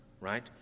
Right